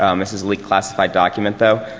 um it's it's leaked classified document though.